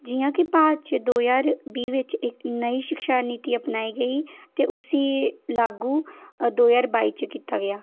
जियां की भारत च दो ज्हार बीह् बिच इक नेई शिक्षा नीति अपनाई गेई ते उस्सी लागु दो ज्हार बाई च कीत्ता गेआ